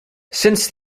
since